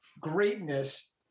greatness